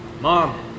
Mom